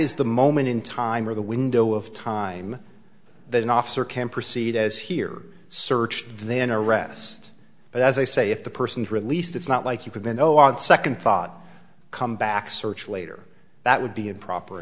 is the moment in time or the window of time that an officer can proceed as here searched then arrest but as i say if the person is released it's not like you could be no on second thought come back search later that would be improper